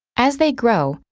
as they grow,